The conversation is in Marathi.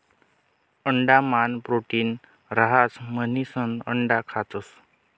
अंडा मान प्रोटीन रहास म्हणिसन अंडा खातस